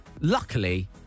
luckily